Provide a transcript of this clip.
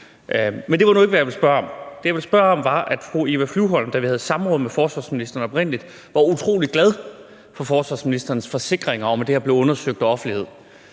Men det var nu ikke, hvad jeg ville spørge om. Det, jeg vil spørge om, vedrører, at fru Eva Flyvholm, da vi havde samråd med forsvarsministeren oprindelig, var utrolig glad for forsvarsministerens forsikringer om, at det her blev undersøgt, og offentlighed.